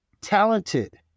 talented